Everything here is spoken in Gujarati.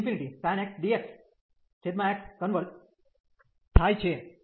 તેથી integral 0sin x xdx converge થાય છે